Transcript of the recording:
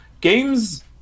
games